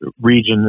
region